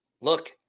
Look